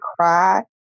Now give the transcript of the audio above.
cry